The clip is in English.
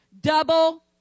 Double